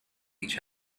each